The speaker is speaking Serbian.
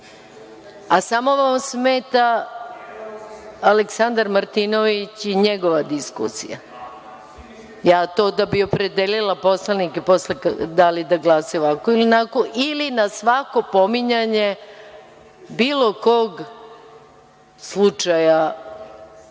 li vam samo smeta Aleksandar Martinović i njegova diskusija? Pitam da bih opredelila poslanike da li da glasaju ovako ili onako ili na svako pominjanje bilo kog slučaja…(Miloš